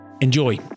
Enjoy